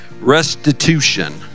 Restitution